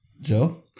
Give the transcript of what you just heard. Joe